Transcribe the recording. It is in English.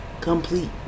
complete